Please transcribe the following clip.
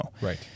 Right